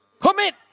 Commit